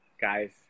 guys